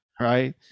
Right